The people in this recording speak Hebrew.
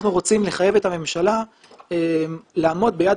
אנחנו רוצים לחייב את הממשלה לעמוד ביעד